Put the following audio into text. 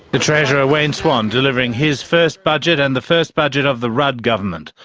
the treasurer wayne swan delivering his first budget and the first budget of the rudd government.